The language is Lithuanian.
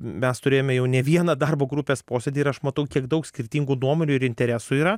mes turėjome jau ne vieną darbo grupės posėdį ir aš matau kiek daug skirtingų nuomonių ir interesų yra